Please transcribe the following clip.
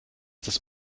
das